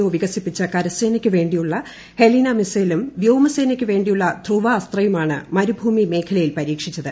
O വികസിപ്പിച്ച കരസേനയ്ക്ക് വേണ്ടിയുള്ള ഹെലീന മിസൈലും വ്യോമസേനയ്ക്കു വേണ്ടിയുള്ള ധ്രുവാസ്ത്രയുമാണ് മരുഭൂമി മേഖലയിൽ പരീക്ഷിച്ചത്